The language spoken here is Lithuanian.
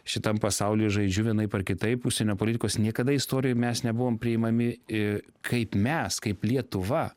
šitam pasaulyje žaidžiu vienaip ar kitaip užsienio politikos niekada istorijoj mes nebuvom priimami i kaip mes kaip lietuva